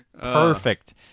Perfect